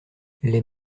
les